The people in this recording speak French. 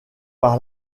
par